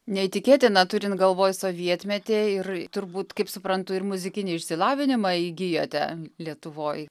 neįtikėtina turint galvoj sovietmetį ir turbūt kaip suprantu ir muzikinį išsilavinimą įgijote lietuvoj